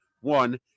one